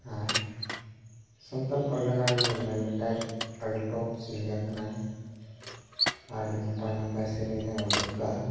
ᱟᱨ ᱥᱟᱱᱛᱟᱲ ᱯᱟᱨᱜᱟᱱᱟ ᱨᱮᱱ ᱵᱚᱱ ᱢᱮᱱ ᱞᱮᱠᱷᱟᱡ ᱴᱚᱯ ᱥᱤᱝᱜᱟᱨ ᱠᱟᱱᱟᱭ ᱟᱨ ᱟᱹᱰᱤ ᱱᱟᱯᱟᱭ ᱱᱟᱯᱟᱭ ᱥᱮᱨᱮᱧ ᱦᱚᱭ ᱩᱰᱩᱠ ᱠᱟᱜᱼᱟ